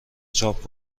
چاپ